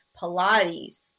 Pilates